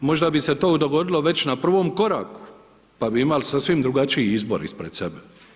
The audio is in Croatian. Možda bi se to dogodilo već na prvom koraku pa bi imali sasvim drugačiji izbor ispred sebe.